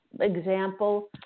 example